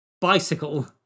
bicycle